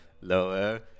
lower